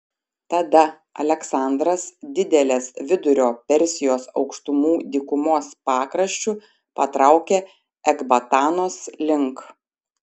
tada aleksandras didelės vidurio persijos aukštumų dykumos pakraščiu patraukė ekbatanos link